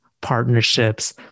partnerships